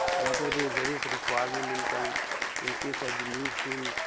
what are the various requirement in, kind of in case of the news print?